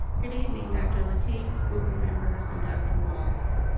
good evening dr. lateef, school board members, and dr. walts.